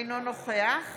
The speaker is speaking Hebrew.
אינו נוכח